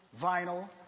vinyl